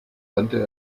wandte